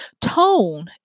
tone